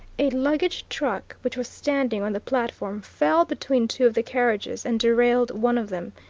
a luggage truck which was standing on the platform fell between two of the carriages and derailed one of them,